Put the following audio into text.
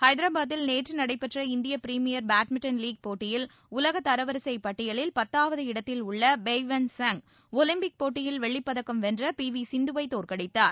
ஹைதராபாதில் நேற்று நடைபெற்ற இந்திய பரிமியர் பேட்மின்டன் லீக் போட்டியில் உலக தரவரிசை பட்டியலில் பத்தாவது இடத்தில் உள்ள பெய்வென் ஸாங் ஒலிம்பிக் போட்டியில் வெள்ளிப்பதக்கம் வென்ற பி வி சிந்துவை தோற்கடித்தார்